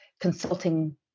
consulting